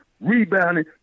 rebounding